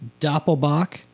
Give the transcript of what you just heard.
Doppelbach